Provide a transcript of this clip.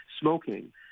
smoking